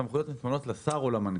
הסמכויות ניתנות לשר או למנכ"ל.